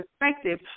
perspective